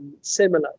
similar